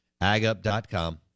agup.com